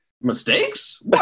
mistakes